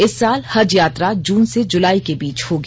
इस साल हज यात्रा जून से जुलाई के बीच होगी